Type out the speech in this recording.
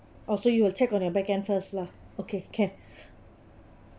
oh so you will check on your back hand first lah okay can